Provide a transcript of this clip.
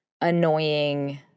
annoying